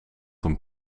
een